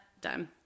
done